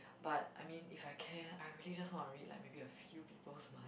but I mean if I can I really just want to read like maybe a few people's minds